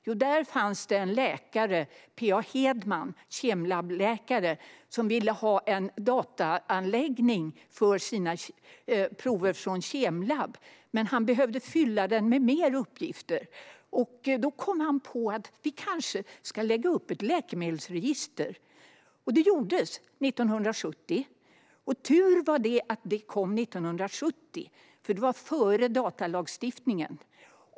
Jo, där fanns det en kemlabbläkare, PA Hedman, som ville ha en dataanläggning för sina prover från kemlabb och behövde fylla den med mer uppgifter. Då kom han på att vi kanske skulle lägga upp ett läkemedelsregister, och detta gjordes 1970. Det var tur att det kom 1970, för det var före datalagstiftningen.